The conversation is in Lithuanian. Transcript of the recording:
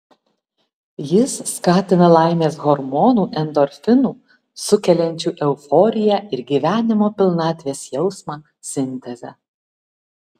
jis skatina laimės hormonų endorfinų sukeliančių euforiją ir gyvenimo pilnatvės jausmą sintezę